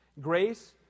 Grace